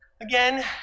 again